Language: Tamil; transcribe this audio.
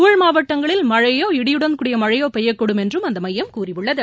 உள் மாவட்டங்களில் மழையோ இடியுடன் கூடிய மழையோ பெய்யக்கூடும் என்றும் அந்த மையம் கூறியுள்ளது